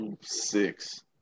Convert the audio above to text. six